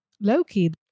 Loki